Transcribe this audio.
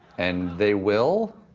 and they will?